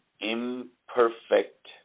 imperfect